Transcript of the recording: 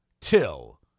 *Till*